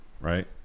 right